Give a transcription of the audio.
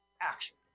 Action